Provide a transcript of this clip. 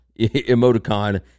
emoticon